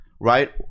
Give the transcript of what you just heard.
right